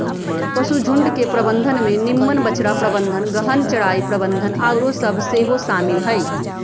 पशुझुण्ड के प्रबंधन में निम्मन बछड़ा प्रबंधन, गहन चराई प्रबन्धन आउरो सभ सेहो शामिल हइ